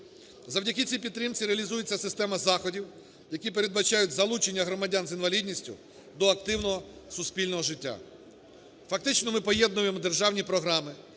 Завдяки цій підтримці реалізується система заходів, які передбачають залучення громадян з інвалідністю до активного суспільного життя. Фактично ми поєднуємо державні програми,